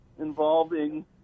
involving